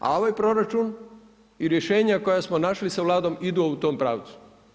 A ovaj proračun i rješenja koja smo našli sa Vladom idu u tom pravcu.